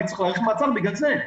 אני צריך לאריך מעצר בגלל זה.